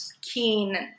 keen